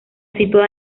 situada